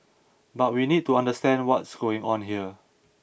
but we need to understand what's going on here